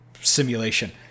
simulation